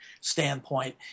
standpoint